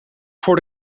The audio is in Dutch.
voor